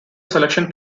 selection